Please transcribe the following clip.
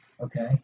Okay